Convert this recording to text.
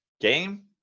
game